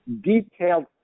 detailed